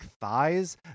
thighs